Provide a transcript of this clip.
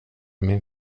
min